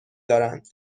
دارند